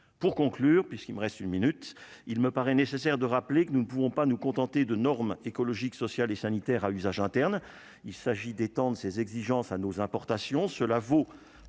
pour conclure, puisqu'il me reste une minute, il me paraît nécessaire de rappeler que nous ne pouvons pas nous contenter de normes écologiques, sociales et sanitaires à usage interne, il s'agit d'éteindre ses exigences à nos importations,